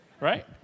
Right